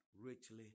richly